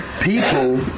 people